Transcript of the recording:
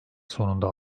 sonunda